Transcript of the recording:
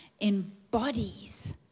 embodies